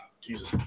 Jesus